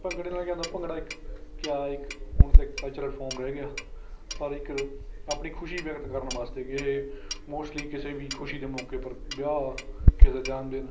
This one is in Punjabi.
ਭੰਗੜੇ ਨਾਲ ਕਿਆ ਹੁੰਦਾ ਭੰਗੜਾ ਇੱਕ ਕਿਆ ਹੈ ਇੱਕ ਹੁਣ ਤਾਂ ਇੱਕ ਕਲਚਰਲ ਫੋਮ ਰਹਿ ਗਿਆ ਪਰ ਇੱਕ ਆਪਣੀ ਖੁਸ਼ੀ ਵਿਅਕਤ ਕਰਨ ਵਾਸਤੇ ਕਿ ਇਹ ਮੋਸਟਲੀ ਕਿਸੇ ਵੀ ਖੁਸ਼ੀ ਦੇ ਮੌਕੇ ਪਰ ਵਿਆਹ ਕਿਸੇ ਦਾ ਜਨਮ ਦਿਨ